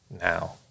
now